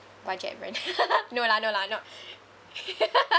budget brand no lah no lah not